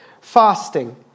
Fasting